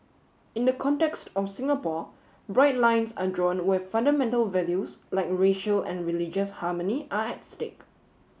in the context of Singapore bright lines are drawn where fundamental values like racial and religious harmony are at stake